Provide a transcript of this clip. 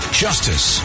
justice